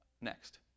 next